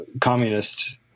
communist